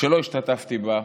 שלא השתתפתי בה,